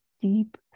deep